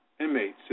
inmates